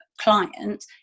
client